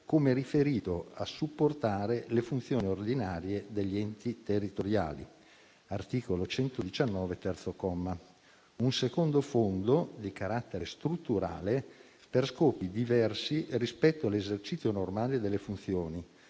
come riferito a supportare le funzioni ordinarie degli enti territoriali (articolo 119, terzo comma); un secondo fondo di carattere strutturale per scopi diversi rispetto all'esercizio normale delle funzioni,